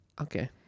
Okay